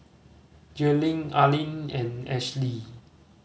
Jailyn Arlin and Ashly